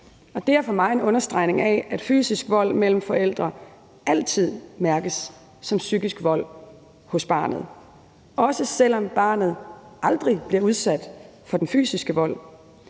Det er for mig en understregning af, at fysisk vold mellem forældre altid mærkes som psykisk vold hos barnet, også selv om barnet aldrig bliver udsat for den fysiske vold.